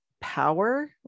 power